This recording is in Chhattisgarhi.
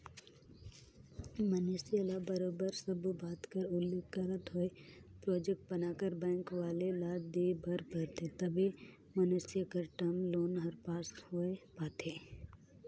मइनसे ल बरोबर सब्बो बात कर उल्लेख करत होय प्रोजेक्ट बनाकर बेंक वाले ल देय बर परथे तबे मइनसे कर टर्म लोन हर पास होए पाथे